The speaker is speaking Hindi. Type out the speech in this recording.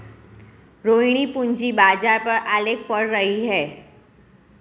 रोहिणी पूंजी बाजार पर आलेख पढ़ रही है